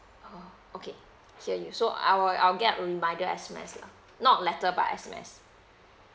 oh okay hear you so I'll I'll get a reminder S_M_S lah not letter but S_M_S